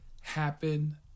happen